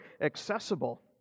accessible